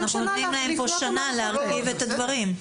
אלא שנה להרכיב את הדברים.